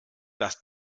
das